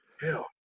hell